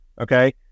Okay